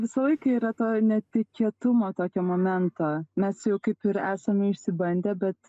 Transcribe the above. visą laiką yra to netikėtumo tokio momento mes jau kaip ir esame išsibandę bet